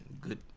good